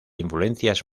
influencias